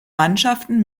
mannschaften